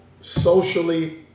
socially